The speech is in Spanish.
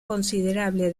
considerable